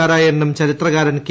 നാരായണനും ചരിത്രകാരൻ കെ